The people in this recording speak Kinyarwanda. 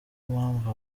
mpamvu